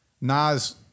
Nas